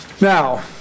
Now